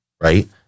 right